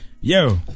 Yo